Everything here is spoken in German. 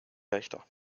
leichter